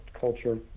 culture